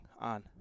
on